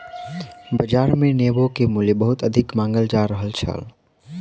बाजार मे नेबो के मूल्य बहुत अधिक मांगल जा रहल छल